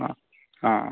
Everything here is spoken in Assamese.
অ' অ'